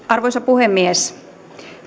arvoisa puhemies